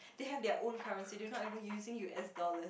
they have their own currency they are not even using U_S dollar